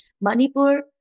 manipur